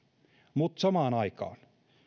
mutta samaan aikaan